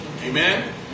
Amen